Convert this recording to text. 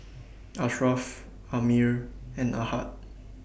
Ashraff Ammir and Ahad